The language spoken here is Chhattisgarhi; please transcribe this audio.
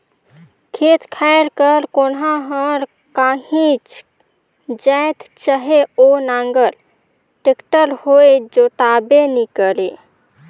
खेत खाएर कर कोनहा हर काहीच जाएत चहे ओ नांगर, टेक्टर होए जोताबे नी करे